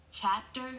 Chapter